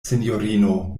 sinjorino